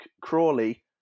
Crawley